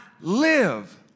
live